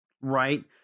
Right